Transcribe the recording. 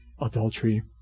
adultery